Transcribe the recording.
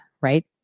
right